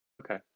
Okay